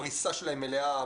הפריסה שלהם מלאה.